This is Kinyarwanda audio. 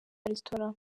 restaurant